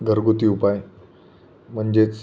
घरगुती उपाय म्हणजेच